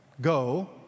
go